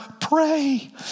pray